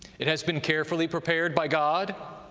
it has been carefully prepared by god.